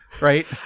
right